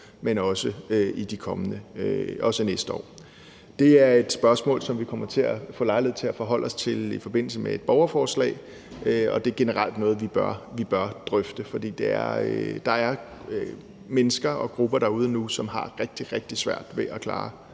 ikke bare i år, men også næste år. Det er et spørgsmål, som vi får lejlighed til at forholde os til i forbindelse med et borgerforslag, og det er generelt noget, vi bør drøfte, for der er mennesker og grupper derude nu, som har rigtig, rigtig svært ved at klare